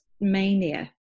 mania